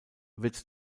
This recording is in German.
wird